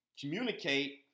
communicate